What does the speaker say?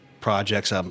projects